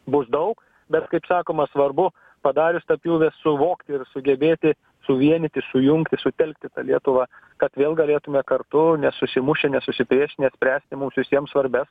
bus daug bet kaip sakoma svarbu padarius pjūvį suvokti ir sugebėti suvienyti sujungti sutelkti lietuvą kad vėl galėtume kartu nesusimušę nesusipriešinę spręsti mums visiems svarbiausias